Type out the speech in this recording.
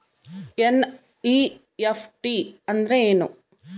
NEFT ಅಂದ್ರೆನು?